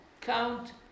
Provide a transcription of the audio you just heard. count